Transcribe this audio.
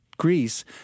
Greece